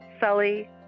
Sully